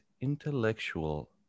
intellectual